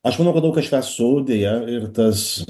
aš manau kad daug kas švęs su deja ir tas